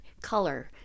color